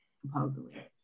supposedly